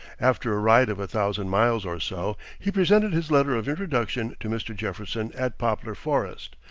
after a ride of a thousand miles or so, he presented his letter of introduction to mr. jefferson at poplar forest,